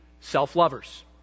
self-lovers